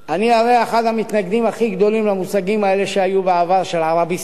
אני הרי אחד המתנגדים הכי גדולים למושגים האלו שהיו בעבר של "ערביסטים".